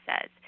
says